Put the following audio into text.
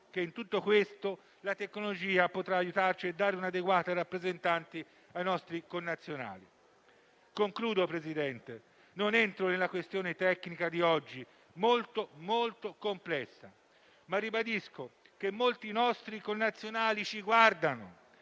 che in tutto questo la tecnologia potrà aiutarci e dare un'adeguata rappresentanza ai nostri connazionali. In conclusione, signor Presidente, non entro nella questione tecnica di oggi, molto complessa, ma ribadisco che molti nostri connazionali ci guardano,